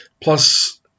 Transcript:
Plus